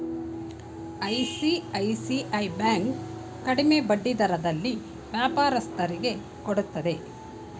ICICI bank ಕಡಿಮೆ ಬಡ್ಡಿ ದರದಲ್ಲಿ ವ್ಯಾಪಾರಸ್ಥರಿಗೆ ಕೊಡುತ್ತದೆ